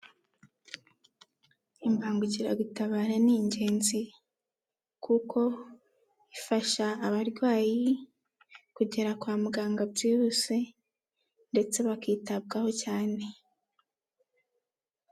Imbangukiragutabara ni ingenzi. Kuko ifasha abarwayi kugera kwa muganga byihuse, ndetse bakitabwaho cyane.